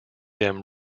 them